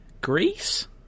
Greece